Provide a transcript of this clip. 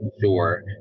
sure